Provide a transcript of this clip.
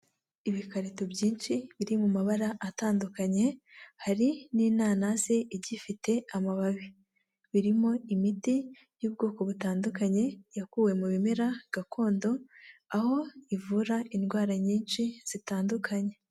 Ibikarito byinshi biri mu mabara atandukanye hari n'inanasi igifite amababi, birimo imiti y'ubwoko butandukanye yakuwe mu bimera gakondo, aho ivura indwara nyinshi zitandukanye.